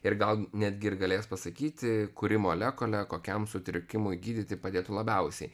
ir gal netgi ir galės pasakyti kuri molekulė kokiam sutrikimui gydyti padėtų labiausiai